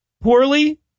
poorly